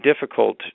difficult